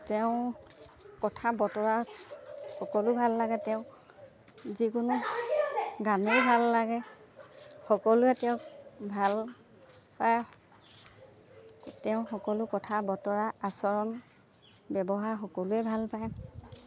তেওঁ কথা বতৰা সকলো ভাল লাগে তেওঁক যিকোনো গানেই ভাল লাগে সকলোৱে তেওঁক ভাল পায় তেওঁ সকলো কথা বতৰা আচৰণ ব্যৱহাৰ সকলোৱে ভাল পায়